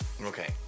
Okay